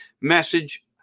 message